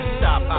stop